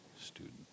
student